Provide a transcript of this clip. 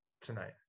tonight